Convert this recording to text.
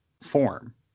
form